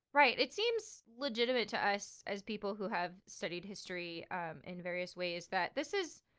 right. it seems legitimate to us as people who have studied history in various ways that this is,